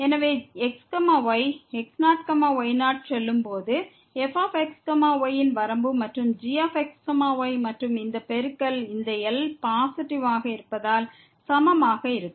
எனவே x y x0 y0 க்கு செல்லும் போது fx y ன் வரம்பு மற்றும் gx y மற்றும் இந்த பெருக்கல் இந்த L பாசிட்டிவ் ஆக இருப்பதால் சமமாக இருக்கும்